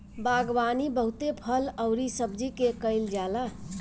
बागवानी बहुते फल अउरी सब्जी के कईल जाला